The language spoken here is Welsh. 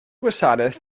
gwasanaeth